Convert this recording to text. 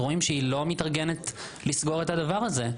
רואים שהיא לא מתארגנת לסגור את הדבר הזה.